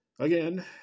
Again